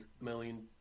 million